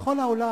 בכל העולם.